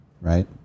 right